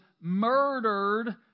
murdered